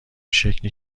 شکلی